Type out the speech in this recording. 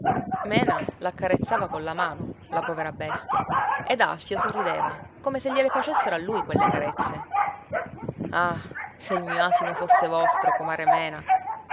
bestia mena l'accarezzava colla mano la povera bestia ed alfio sorrideva come se gliele facessero a lui quelle carezze ah se il mio asino fosse vostro comare mena